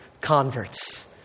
converts